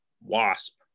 Wasp